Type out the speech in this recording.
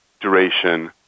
duration